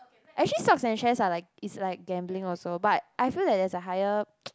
actually stocks are shares are like is like gambling also but I feel that there's a higher